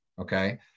Okay